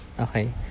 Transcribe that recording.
okay